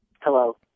Hello